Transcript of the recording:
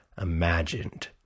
imagined